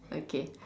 okay